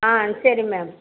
ஆ சரி மேம்